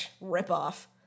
rip-off